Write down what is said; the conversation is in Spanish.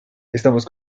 estamos